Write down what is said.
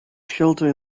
shelter